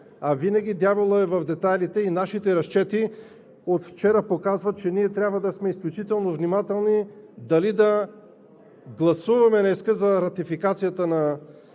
а винаги дяволът е в детайлите. Нашите разчети от вчера показват, че ние трябва да сме изключително внимателни дали да гласуваме днес за Ратификацията на